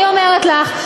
אני אומרת לך,